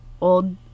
old